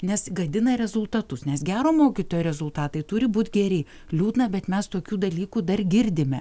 nes gadina rezultatus nes gero mokytojo rezultatai turi būt geri liūdna bet mes tokių dalykų dar girdime